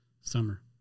summer